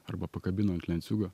arba pakabinu ant lenciūgo